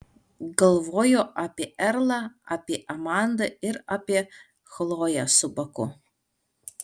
galvojo apie erlą apie amandą ir apie chloję su baku